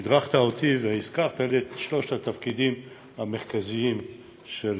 הדרכת אותי והזכרת לי את שלושת התפקידים המרכזיים של ועדה: